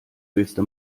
willste